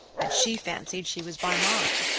and she fancied she was by mine.